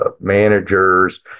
managers